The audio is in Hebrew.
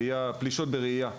של פלישות ברעייה.